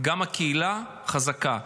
גם הקהילה חזקה,